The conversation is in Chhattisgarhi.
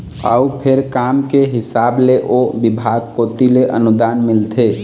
अउ फेर काम के हिसाब ले ओ बिभाग कोती ले अनुदान मिलथे